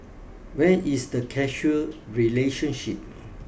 where is the casual relationship